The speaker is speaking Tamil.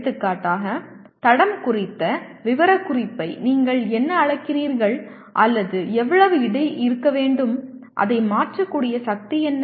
எடுத்துக்காட்டாக தடம் குறித்த விவரக்குறிப்பை நீங்கள் என்ன அழைக்கிறீர்கள் அல்லது எவ்வளவு எடை இருக்க வேண்டும் அதை மாற்றக்கூடிய சக்தி என்ன